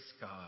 God